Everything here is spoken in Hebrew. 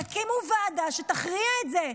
תקימו ועדה שתכריע את זה,